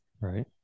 Right